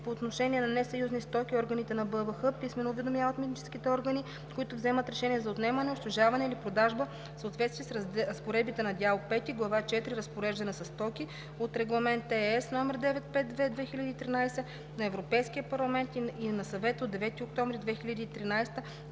по отношение на несъюзни стоки, органите на БАБХ писмено уведомяват митническите органи, които вземат решение за отнемане, унищожаване или продажба в съответствие с разпоредбите на Дял V, Глава 4 „Разпореждане със стоки“ от Регламент (ЕС) № 952/2013 на Европейския парламент и на Съвета от 9 октомври 2013